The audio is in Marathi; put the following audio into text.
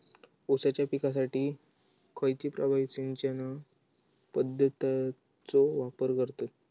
ऊसाच्या पिकासाठी खैयची प्रभावी सिंचन पद्धताचो वापर करतत?